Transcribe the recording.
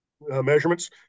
measurements